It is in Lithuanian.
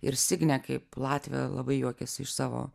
ir signė kaip latvė labai juokėsi iš savo